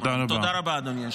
תודה רבה, אדוני.